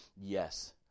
yes